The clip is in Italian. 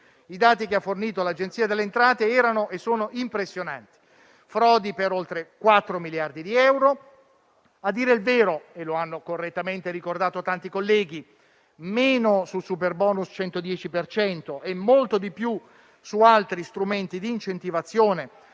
I dati forniti dall'Agenzia delle entrate erano e sono impressionanti: frodi per oltre 4 miliardi di euro, a dire il vero - e lo hanno correttamente ricordato tanti colleghi - meno sul superbonus del 110 per cento e molto di più su altri strumenti di incentivazione,